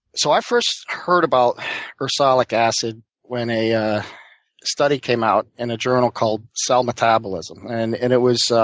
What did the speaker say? so i first heard about ursolic acid when a a study came out in a journal called cell metabolism. and and it was